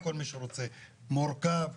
מורכב.